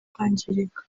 kwangirika